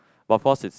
but of course is